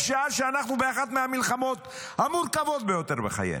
בשעה שאנחנו באחת מהמלחמות המורכבות ביותר בחיינו.